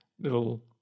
little